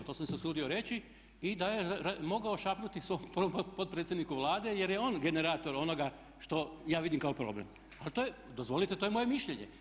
To sam se usudio reći i da je mogao šapnuti svom potpredsjedniku Vlade jer je on generator onoga što ja vidim kao problem, a to je, dozvolite to je moje mišljenje.